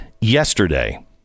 yesterday